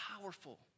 powerful